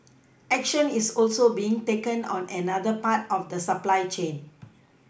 action is also being taken on another part of the supply chain